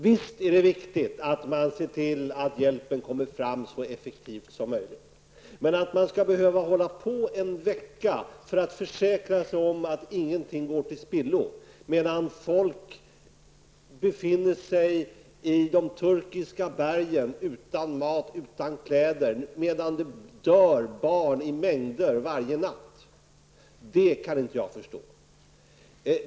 Visst är det viktigt att man ser till att hjälpen kommer fram så effektivt som möjligt, men att man skall behöva hålla på en vecka för att försäkra sig om att ingenting går till spillo, medan folk befinner sig i de turkiska bergen utan mat och utan kläder, medan det dör barn i mängder varje natt, det kan jag inte förstå.